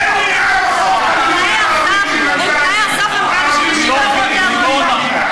אין מניעה בחוק על מינוי ערבים כמנכ"לים,